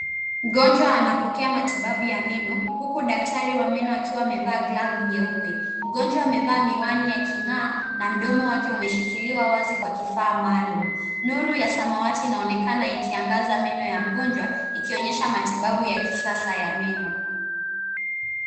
Mgonjwa anapokea matibabu ya meno huku daktari wa meno akiwa amevaa glavu nyeupe. Mgonjwa amevaa miwani aking'aa na mdomo wake umeshikiliwa wazi kwa kifaa maalum. Nuru ya samawati inaonekana ikiangaza meno ya mgonjiwa ikionyesha matibabu ya kisasa ya meno.